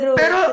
pero